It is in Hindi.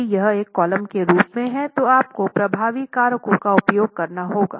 यदि यह एक कॉलम के रूप में है तो आपको प्रभावी कारकों का उपयोग करना होगा